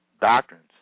doctrines